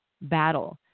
battle